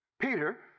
Peter